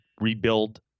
rebuild